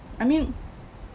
I mean